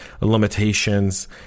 limitations